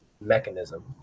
mechanism